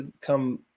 come